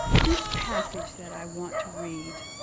this passage that i want to read